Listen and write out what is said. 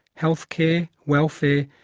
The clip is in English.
healthcare, welfare,